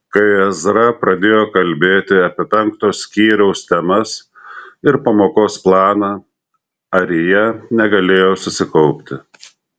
kai ezra pradėjo kalbėti apie penkto skyriaus temas ir pamokos planą arija negalėjo susikaupti